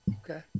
Okay